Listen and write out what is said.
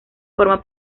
forma